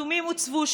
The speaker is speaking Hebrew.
מחסומים הוצבו,